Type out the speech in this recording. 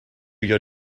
your